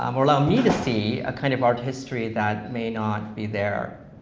um or allow me to see a kind of art history that may not be there,